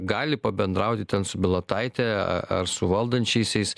gali pabendrauti ten su bilotaite ar su valdančiaisiais